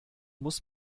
muss